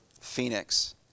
Phoenix